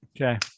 okay